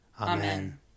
Amen